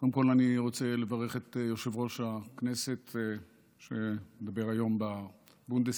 קודם כול אני רוצה לברך את יושב-ראש הכנסת שמדבר היום בבונדסטאג,